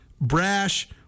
brash